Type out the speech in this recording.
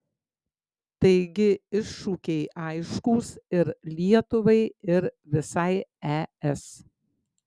taigi iššūkiai aiškūs ir lietuvai ir visai es